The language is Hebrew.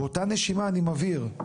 באותה נשימה אני מבהיר,